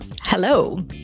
Hello